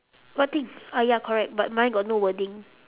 what thing uh ya correct but mine got no wording